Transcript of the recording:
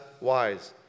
wise